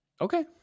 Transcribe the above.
Okay